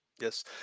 Yes